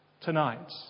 tonight